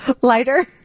Lighter